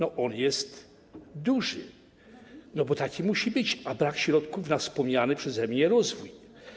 On jest duży, bo taki musi być, a brak jest środków na wspomniany przeze mnie rozwój.